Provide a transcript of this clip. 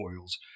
oils